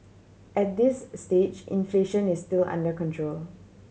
at this stage inflation is still under control